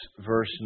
verse